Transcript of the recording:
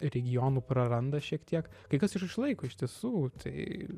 regionų praranda šiek tiek kai kas ir išlaiko iš tiesų tai